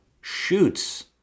shoots